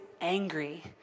angry